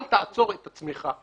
אל תעצור את עצמך.